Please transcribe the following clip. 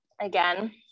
Again